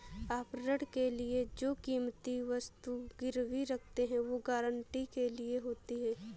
आप ऋण के लिए जो कीमती वस्तु गिरवी रखते हैं, वो गारंटी के लिए होती है